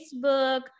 Facebook